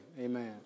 Amen